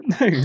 No